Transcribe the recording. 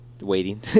Waiting